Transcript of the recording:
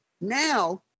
Now